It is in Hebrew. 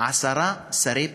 עשרה שרי פנים.